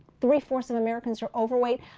three-fourths of americans are overweight.